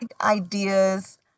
ideas